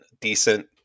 decent